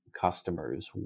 customers